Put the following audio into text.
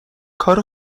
کار